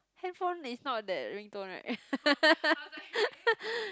handphone is not that ringtone right